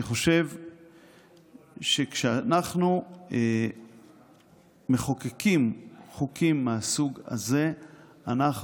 אני חושב שכשאנחנו מחוקקים חוקים מהסוג הזה אנחנו